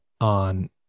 on